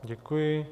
Děkuji.